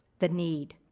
the need.